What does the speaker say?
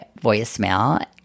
voicemail